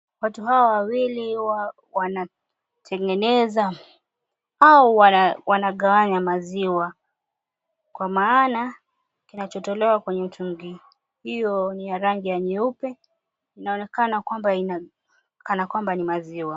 Watu hawa wawili wanatengeneza au wanagawanya maziwa kwa maana kinachotolewa kwenye mtungi hio ni ya rangi ya nyeupe inaonekana kana kwamba ni maziwa.